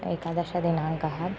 एकादशदिनाङ्कः